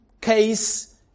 case